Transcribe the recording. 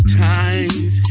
times